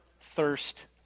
thirst